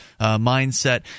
mindset